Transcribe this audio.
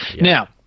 Now